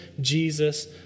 Jesus